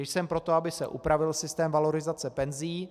Jsem pro to, aby se upravil systém valorizace penzí.